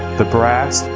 the brass,